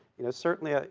you know, certainly, ah